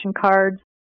cards